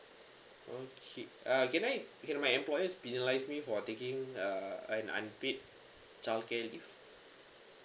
okay uh can I can my employers penalise me for taking uh an unpaid childcare leave